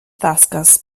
tasques